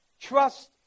Trust